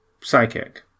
psychic